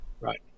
Right